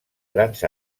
grans